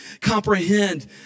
comprehend